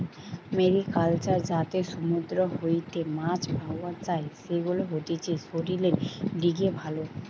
mariculture যাতে সমুদ্র হইতে মাছ পাওয়া যাই, সেগুলা হতিছে শরীরের লিগে ভালো